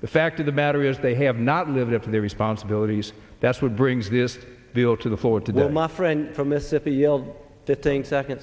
the fact of the matter is they have not lived up to their responsibilities that's what brings this bill to the forward today my friend from mississippi yelled that think second